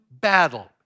battle